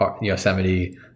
Yosemite